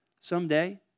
someday